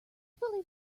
believe